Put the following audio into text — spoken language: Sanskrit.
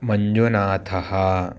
मञ्जुनाथः